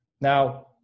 Now